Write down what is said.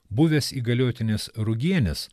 buvęs įgaliotinis rugienis